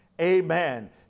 amen